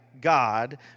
God